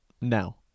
now